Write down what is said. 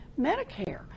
Medicare